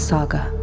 Saga